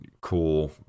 cool